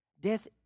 death